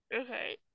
Okay